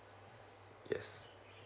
yes